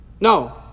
No